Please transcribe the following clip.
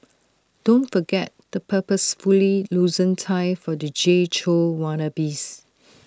don't forget the purposefully loosened tie for the Jay Chou wannabes